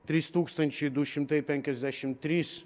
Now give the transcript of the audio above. trys tūkstančiai du šimtai penkiasdešimt trys